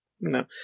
No